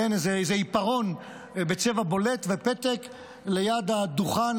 איזה עיפרון בצבע בולט ופתק ליד הדוכן,